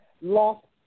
lost